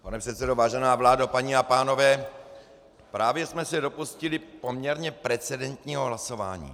Pane předsedo, vážená vládo, paní a pánové, právě jsme se dopustili poměrně precedentního hlasování.